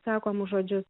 sakomus žodžius